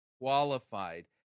qualified